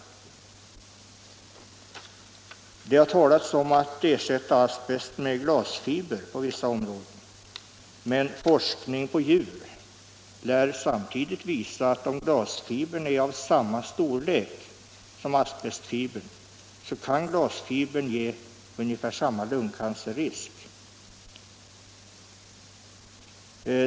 Det har också talats om att ersätta asbesten med glasfiber på vissa områden. Försök på djur lär emellertid visa att om glasfibern är av samma storlek som asbestfibern, kan glasfibern innebära ungefär samma lungcancerrisk.